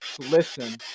Listen